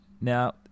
Now